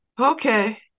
Okay